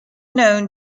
known